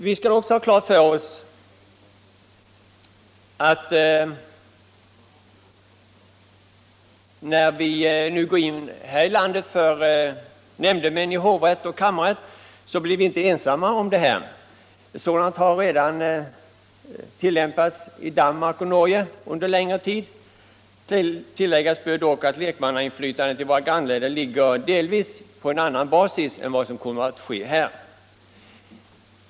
Vi skall också ha klart för oss, att när vi här i Sverige nu går in för nämndemän i hovrätt och kammarrätt, så blir vi inte ensamma om detta. Det systemet har redan tillämpats t.ex. i Danmark och Norge under längre tid. Tilläggas bör dock att lekmannainflytandet i våra grannländer ligger på en annan basis än vad som kommer att ske här.